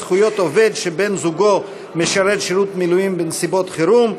זכויות עובד שבן-זוגו משרת שירות מילואים בנסיבות חירום),